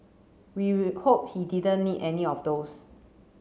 we we hope he didn't need any of those